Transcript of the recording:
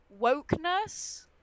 wokeness